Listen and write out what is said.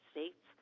States